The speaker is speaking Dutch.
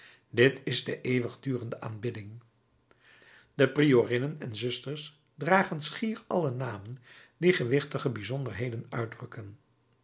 dit is de eeuwigdurende aanbidding de priorinnen en zusters dragen schier alle namen die gewichtige bijzonderheden uitdrukken